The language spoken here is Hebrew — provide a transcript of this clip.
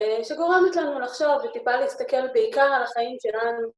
שגורמת לנו לחשוב וטיפה להסתכל בעיקר על החיים שלנו.